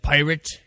Pirate